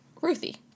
Ruthie